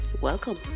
welcome